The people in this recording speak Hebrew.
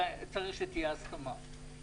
צריך שתהיה הסכמה.